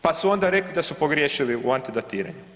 Pa su onda rekli da su pogriješili u antidatiranju.